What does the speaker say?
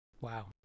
Wow